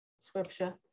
scripture